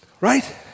Right